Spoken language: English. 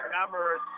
numbers